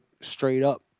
straight-up